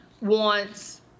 wants